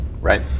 right